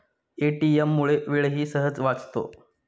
ATM मुळे वेळही सहज वाचतो